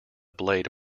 blade